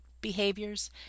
behaviors